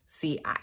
ci